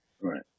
Right